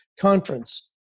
conference